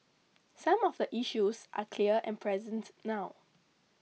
some of the issues are clear and present now